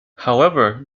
however